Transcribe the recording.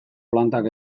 plantak